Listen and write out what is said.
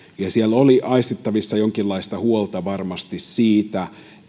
siellä oli aistittavissa jonkinlaista huolta varmasti siitä